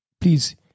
Please